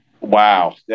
Wow